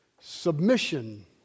submission